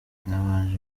nabanje